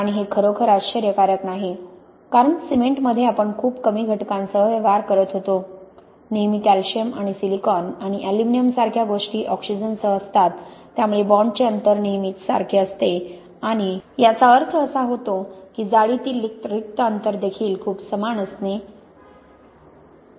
आणि हे खरोखर आश्चर्यकारक नाही कारण सिमेंटमध्ये आपण खूप कमी घटकांसह व्यवहार करत होतो नेहमी कॅल्शियम आणि सिलिकॉन आणि एल्युमिनियम सारख्या गोष्टी ऑक्सिजनसह असतात त्यामुळे बाँडचे अंतर नेहमीच सारखेच असते आणि याचा अर्थ असा होतो की जाळीतील रिक्त अंतर देखील खूप समान असणे कल